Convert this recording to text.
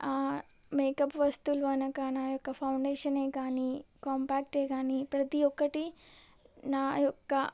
makeup వస్తువులు అనగా నా యొక్క ఫౌండేషనే కానీ కాంపాక్టే కానీ ప్రతీ ఒక్కటి నాయొక్క